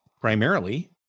primarily